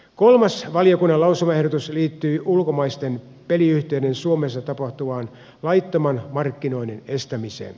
kolmas valiokunnan lausumaehdotus liittyy ulkomaisten peliyhtiöiden suomessa tapahtuvaan laittoman markkinoinnin estämiseen